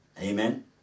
Amen